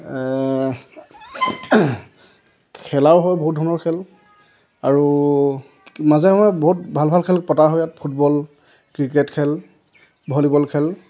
খেলাও হয় বহুত ধৰণৰ খেল আৰু মাজে সময়ে বহুত ভাল ভাল খেল পতা হয় ইয়াত ফুটবল ক্ৰিকেট খেল ভলীবল খেল